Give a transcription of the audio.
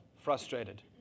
frustrated